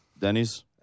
denny's